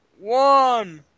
One